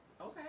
Okay